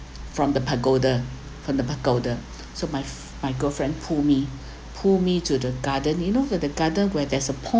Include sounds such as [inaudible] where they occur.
from the pagoda from the pagoda [breath] so my my girlfriend pulled me [breath] pulled me to the garden you know that the garden where there is a pond